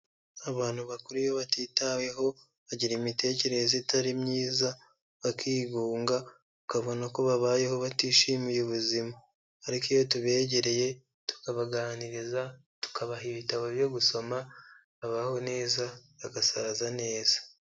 Abantu bakuru iyo batitaweho bagira imitekerereze itari myiza, bakigunga, ukabona ko babayeho batishimiye ubuzima. Ariko iyo tubegereye, tukabaganiriza, tukabaha ibitabo byo gusoma, babaho neza, bagasaza neza.